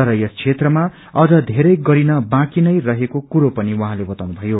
तर यस क्षेत्रमा अझ धेरै गरिन बाँकी नै रहेको कुरो पनि उँहाले बताउनु भयो